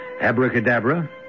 abracadabra